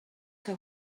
que